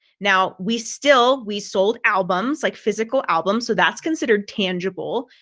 now, we still we sold albums, like physical albums, so that's considered tangible.